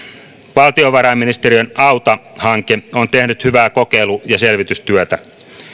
valtiovarainministeriön auta hanke on tehnyt hyvää kokeilu ja selvitystyötä